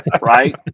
Right